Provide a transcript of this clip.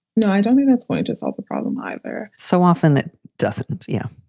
no, i don't think that's going to solve the problem either. so often it doesn't yeah,